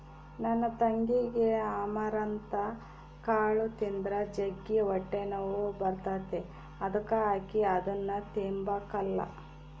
ನನ್ ತಂಗಿಗೆ ಅಮರಂತ್ ಕಾಳು ತಿಂದ್ರ ಜಗ್ಗಿ ಹೊಟ್ಟೆನೋವು ಬರ್ತತೆ ಅದುಕ ಆಕಿ ಅದುನ್ನ ತಿಂಬಕಲ್ಲ